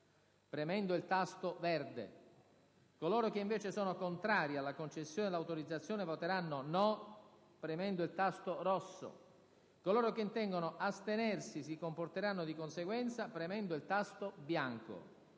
premendo il tasto verde; coloro che invece sono contrari alla concessione all'autorizzazione voteranno no, premendo il tasto rosso; coloro che intendono astenersi, si comporteranno di conseguenza, premendo il tasto bianco.